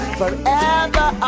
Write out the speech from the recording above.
forever